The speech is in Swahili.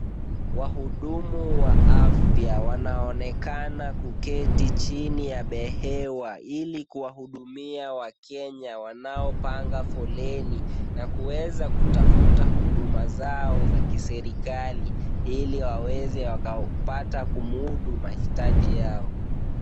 Wahudumu wa afya wanaonekana kuketi chini ya behewa ili kuwahudumia wakenya wanaopanga foleni na kuweza kutafuta huduma zao za kiserikal ili waweze wakapata kumudu mahitaji yao.